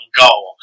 goal